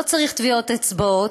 לא צריך טביעות אצבעות.